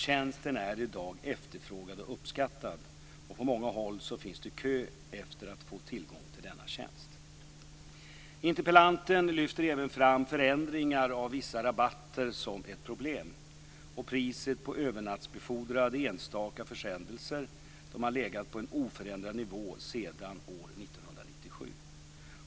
Tjänsten är i dag efterfrågad och uppskattad. På många håll finns det kö efter att få tillgång till denna tjänst. Interpellanten lyfter även fram förändringar av vissa rabatter som ett problem. Priset på övernattbefordrade enstaka försändelser har legat på en oförändrad nivå sedan år 1997.